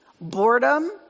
boredom